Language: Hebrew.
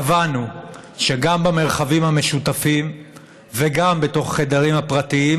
קבענו שגם במרחבים המשותפים וגם בתוך החדרים הפרטיים